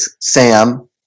Sam